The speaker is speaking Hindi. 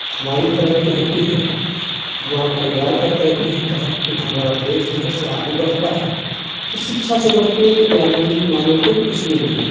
हमारी तरक्की होती है हमारे परिवार का तरक्की होता है कुल हमारा देश जो है सो आगे बढ़ता है तो शिक्षा से बढ़के यानी की माने तो कुछ भी नहीं है